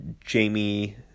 Jamie